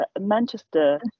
Manchester